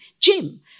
Jim